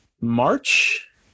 March